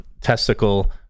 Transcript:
testicle